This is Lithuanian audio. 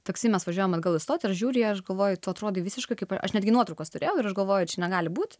taksi mes važiavom atgal į stotį ir žiūri į ją aš galvoju tu atrodai visiškai kaip aš netgi nuotraukas turėjau ir aš galvojau čia negali būti